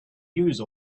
use